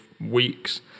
weeks